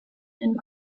and